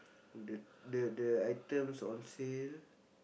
the the the items on sale